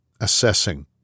assessing